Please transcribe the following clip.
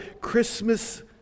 Christmas